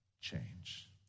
change